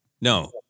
no